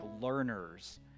learners